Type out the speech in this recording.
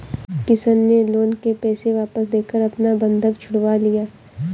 किशन ने लोन के पैसे वापस देकर अपना बंधक छुड़वा लिया